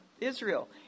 Israel